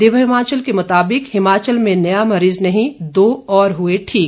दिव्य हिमाचल के मुताबिक हिमाचल में नया मरीज नहीं दो और हुए ठीक